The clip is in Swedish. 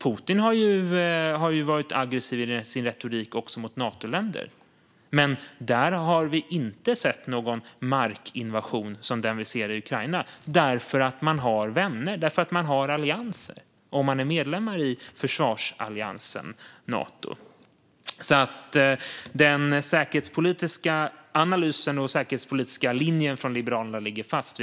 Putin har varit aggressiv i sin retorik även mot Natoländer. Men där har vi inte sett någon markinvasion som den vi ser i Ukraina därför att man har vänner. Man har allianser om man är medlem i försvarsalliansen Nato. Liberalernas säkerhetspolitiska analys och säkerhetspolitiska linje ligger alltså fast.